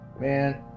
man